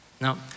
Now